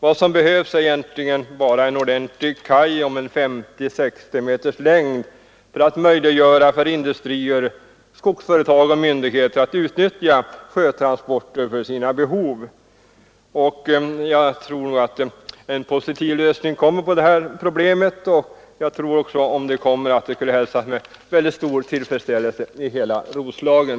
Vad som behövs är en ordentlig kaj om 50—60 meters längd för att möjliggöra för industrier, skogsföretag och myndigheter att utnyttja sjötransporter för sina behov. Jag tror att det blir en positiv lösning av detta problem, och en sådan kommer att hälsas med stor tillfredsställelse i hela Roslagen.